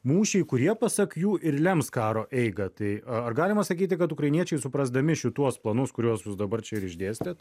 mūšiai kurie pasak jų ir lems karo eigą tai ar galima sakyti kad ukrainiečiai suprasdami šituos planus kuriuos jūs dabar čia ir išdėstėt